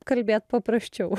kalbėt paprasčiau